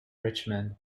richmond